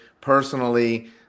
personally